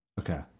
Okay